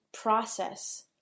process